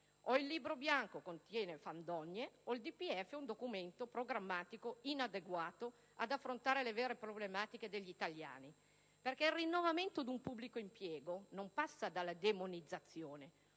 o il Libro bianco contiene fandonie o il DPEF è un documento programmatico inadeguato ad affrontare le vere problematiche degli italiani. Il rinnovamento del pubblico impiego non passa per una demonizzazione.